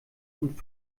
und